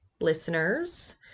listeners